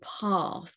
path